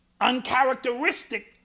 Uncharacteristic